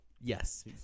yes